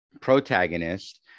protagonist